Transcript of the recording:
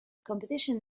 competition